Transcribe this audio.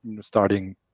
starting